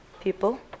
people